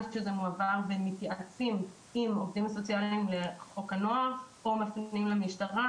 זה מועבר ומתייעצים עם עובדים סוציאליים לחוק הנוער או נותנים למשטרה,